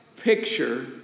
picture